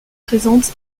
présente